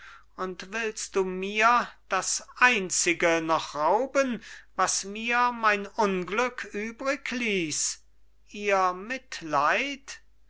und willst du mir das einzige noch rauben was mir mein unglück übrigließ ihr mitleid